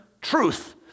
truth